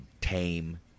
tame